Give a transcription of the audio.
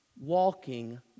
walking